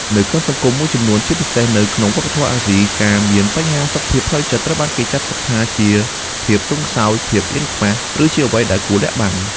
នៅក្នុងសង្គមមួយចំនួន ជាពិសេសនៅក្នុងវប្បធម៌អាស៊ី ការមានបញ្ហាសុខភាពផ្លូវចិត្តត្រូវបានគេចាត់ទុកថាជា ភាពទន់ខ្សោយ ភាពអៀនខ្មាស ឬជាអ្វីដែលគួរលាក់បាំង។